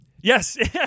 Yes